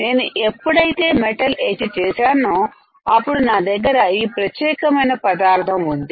నేను ఎప్పుడైతే deionized metal etch చేశానో అప్పుడు నా దగ్గర ఈ ప్రత్యేక మైన పదార్థం ఉంది